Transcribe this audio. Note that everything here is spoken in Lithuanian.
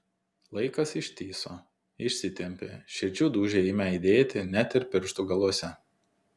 laikas ištįso išsitempė širdžių dūžiai ėmė aidėti net ir pirštų galuose